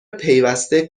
پیوسته